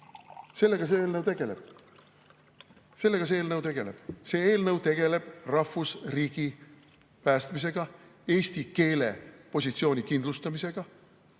Sellega see eelnõu tegeleb! See eelnõu tegeleb rahvusriigi päästmisega, eesti keele positsiooni kindlustamisega.